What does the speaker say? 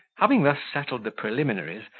having thus settled the preliminaries,